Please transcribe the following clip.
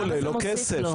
למה זה מוסיף לו?